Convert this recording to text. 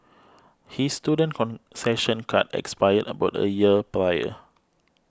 his student concession card expired about a year prior